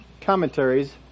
commentaries